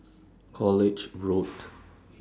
College Road